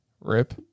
Rip